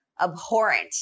abhorrent